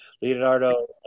Leonardo